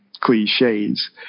cliches